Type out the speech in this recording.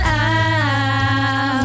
Out